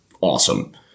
awesome